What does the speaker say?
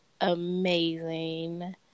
amazing